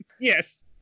Yes